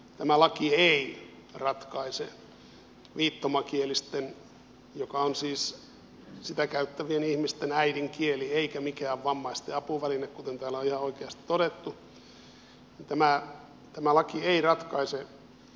tämä laki ei ratkaise viittomakielisten se on siis sitä käyttävien ihmisten äidinkieli eikä mikään vammaisten apuväline kuten täällä on ihan oikein todettu keskeisintä ongelmaa